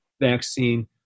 vaccine